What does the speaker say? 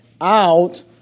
out